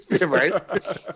Right